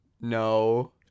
no